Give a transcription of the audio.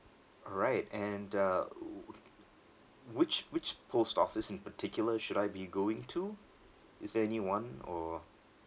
alright and uh wh~ which which post office in particular should I be going to is there any one or